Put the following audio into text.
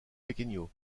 pequeño